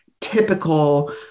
typical